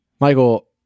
Michael